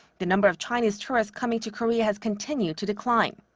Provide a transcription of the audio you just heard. the number of chinese tourists coming to korea has continued to decline.